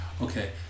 okay